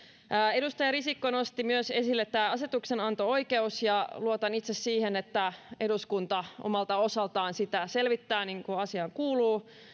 edustaja risikko nosti esille myös tämän asetuksenanto oikeuden luotan itse siihen että eduskunta omalta osaltaan sitä selvittää niin kuin asiaan kuuluu